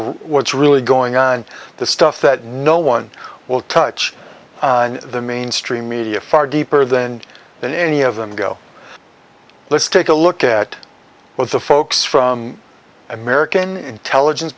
of what's really going on the stuff that no one will touch the mainstream media far deeper than than any of them go let's take a look at what the folks from american intelligence